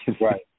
Right